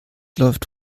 läuft